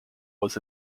was